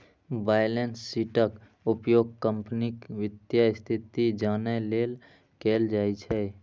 balance शीटक उपयोग कंपनीक वित्तीय स्थिति जानै लेल कैल जाइ छै